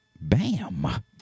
Bam